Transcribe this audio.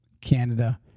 Canada